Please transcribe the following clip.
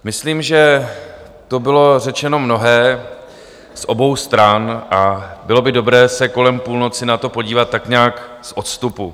Myslím, že tu bylo řečeno mnohé z obou stran a bylo by dobré se kolem půlnoci na to podívat tak nějak z odstupu.